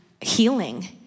healing